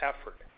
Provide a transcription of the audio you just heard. effort